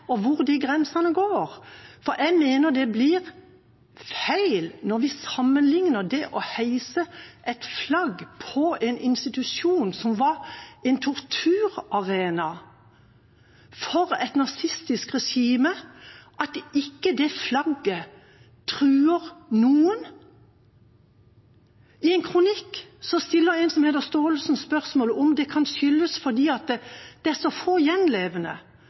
og hvor de grensene går. Jeg mener det blir feil når vi sier at det å heise et flagg på en institusjon som var en torturarena for et nazistisk regime, ikke truer noen. I en kronikk stiller en som heter Staalesen spørsmålet om det kan skyldes at det er så få gjenlevende,